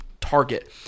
target